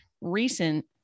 recent